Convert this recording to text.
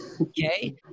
Okay